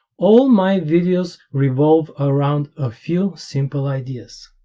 all my videos revolve around a few simple ideas